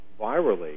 virally